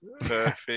perfect